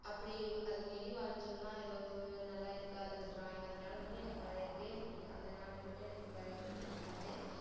அப்படி அதை மீறியும் வரைஞ்சம்னா ஏதாவது நல்லா இருக்காது அந்த ட்ராயிங் அதனால வந்து எனக்கு வரையரத்துக்கே பிடிக்காது அந்த நாளில் மட்டும் எனக்கு வரையரத்துக்கு பிடிக்காது